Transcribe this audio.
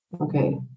Okay